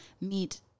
meet